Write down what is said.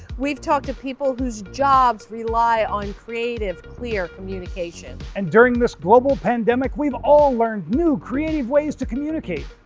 we've talked to people whose jobs rely on creative, clear communication. and during this global pandemic, we've all learned new creative ways to communicate.